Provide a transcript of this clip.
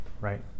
right